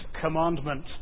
commandment